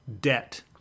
debt